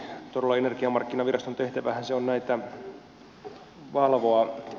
todella energiamarkkinaviraston tehtävähän se on näitä valvoa